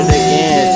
again